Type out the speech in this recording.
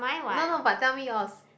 no no but tell me yours